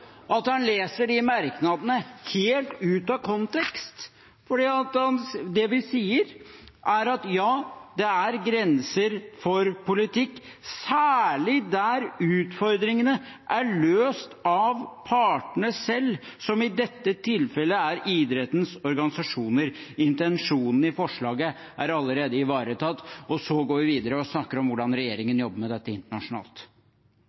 at han leser de merknadene helt ut av kontekst, for det vi sier, er at ja, det er «grenser for politikk, særlig der utfordringene er løst av partene selv, som i dette tilfellet av idrettens organisasjoner. Intensjonen i forslaget er allerede ivaretatt.» Og så går vi videre og snakker om hvordan